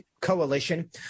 Coalition